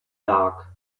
dark